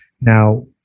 Now